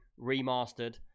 remastered